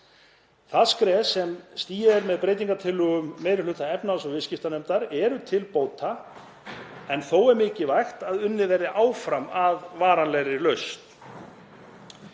Það skref sem stigið er með breytingartillögum meiri hluta efnahags- og viðskiptanefndar er til bóta en þó er mikilvægt að unnið verði áfram að varanlegri lausn.